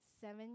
seven